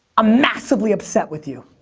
ah massively upset with you.